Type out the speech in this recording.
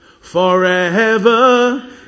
forever